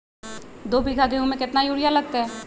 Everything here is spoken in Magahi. दो बीघा गेंहू में केतना यूरिया लगतै?